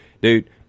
dude –